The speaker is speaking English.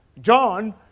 John